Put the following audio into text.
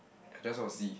I just want to see